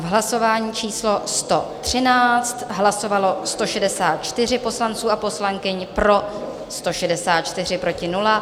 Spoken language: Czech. Hlasování číslo 113, hlasovalo 164 poslanců a poslankyň, pro 164, proti 0.